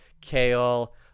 kale